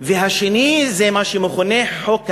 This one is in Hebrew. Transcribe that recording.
והשני, מה שמכונה חוק המשילות,